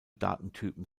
datentypen